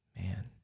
Man